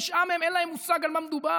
לתשעה מהם אין מושג על מה מדובר,